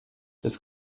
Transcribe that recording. das